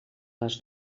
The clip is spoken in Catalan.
les